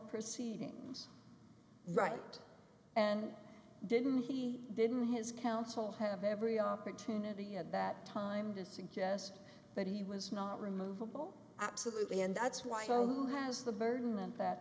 proceedings right and didn't he didn't his counsel have every opportunity at that time to suggest that he was not removable absolutely and that's why home has the burden and that